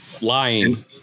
Lying